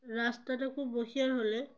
রাস্তাটা খুব বসিয়ার হলে